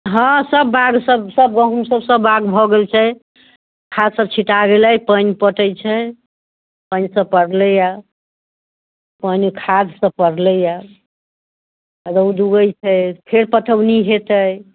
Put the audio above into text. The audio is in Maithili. हँ सब बाध सब सब गहूँम सब सब बाग भऽ गेल छै खाद सब छिटा गेलै पानि पटैत छै पानि सब पड़लैए ओहिमे खाद सब पड़लैया रौद उगैत छै फेर पटौनी होयतै